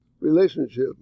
relationship